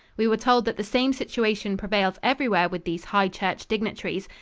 we were told that the same situation prevails everywhere with these high church dignitaries,